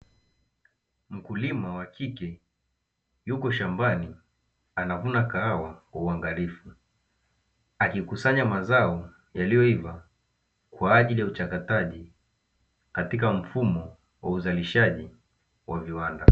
Mwalimu wa kike yuko shambani anavuna kahawa kwa uangalifu. Akikusanya mazao yaliyoiva kwa ajili ya uchakataji katika mfumo wa uuzalishaji wa viwanda.